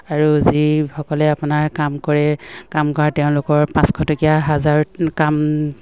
আৰু যিসকলে আপোনাৰ কাম কৰে কাম কৰা তেওঁলোকৰ পাঁচশ টকীয়া হাজাৰত কাম